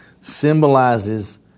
symbolizes